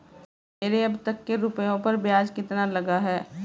मेरे अब तक के रुपयों पर ब्याज कितना लगा है?